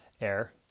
air